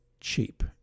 cheap